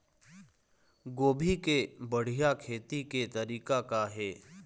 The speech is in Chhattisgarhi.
गोभी के बढ़िया खेती के तरीका का हे?